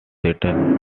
settle